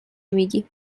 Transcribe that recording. میگی